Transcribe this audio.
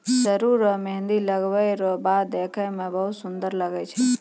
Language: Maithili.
सरु रो मेंहदी लगबै रो बाद देखै मे बहुत सुन्दर लागै छै